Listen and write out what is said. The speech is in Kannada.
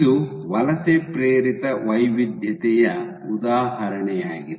ಇದು ವಲಸೆ ಪ್ರೇರಿತ ವೈವಿಧ್ಯತೆಯ ಉದಾಹರಣೆಯಾಗಿದೆ